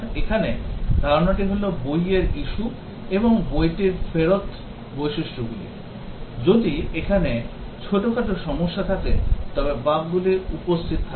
এখানে ধারণাটি হল বইয়ের issue এবং বইটির ফেরত বৈশিষ্ট্যগুলি যদি এখানে ছোটখাটো সমস্যা থাকে তবে বাগগুলি উপস্থিত থাকে